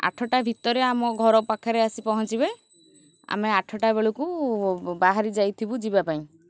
ଆଠଟା ଭିତରେ ଆମ ଘର ପାଖରେ ଆସି ପହଞ୍ଚିବେ ଆମେ ଆଠଟା ବେଳକୁ ବାହାରି ଯାଇଥିବୁ ଯିବା ପାଇଁ